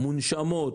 מונשמות,